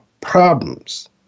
problems